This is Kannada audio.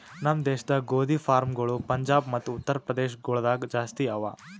ನಮ್ ದೇಶದಾಗ್ ಗೋದಿ ಫಾರ್ಮ್ಗೊಳ್ ಪಂಜಾಬ್ ಮತ್ತ ಉತ್ತರ್ ಪ್ರದೇಶ ಗೊಳ್ದಾಗ್ ಜಾಸ್ತಿ ಅವಾ